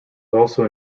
also